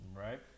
Right